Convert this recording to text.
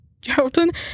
Geraldton